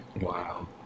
Wow